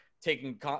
taking